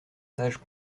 sages